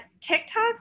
TikTok